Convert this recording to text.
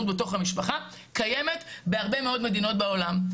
בתוך המשפחה קיימת בהרבה מאוד מדינות בעולם.